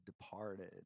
departed